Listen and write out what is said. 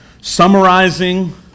summarizing